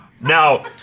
Now